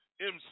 MC